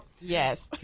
Yes